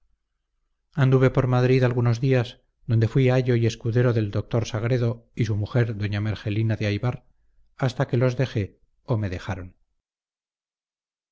anduve por madrid algunos días donde fui ayo y escudero del doctor sagredo y su mujer doña mergelina de aybar hasta que los dejé o me dejaron